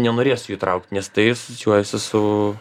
nenorės jų įtraukt nes tai asocijuojasi su